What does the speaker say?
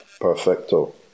perfecto